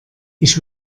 ich